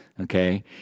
okay